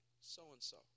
so-and-so